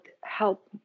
help